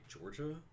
Georgia